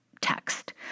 text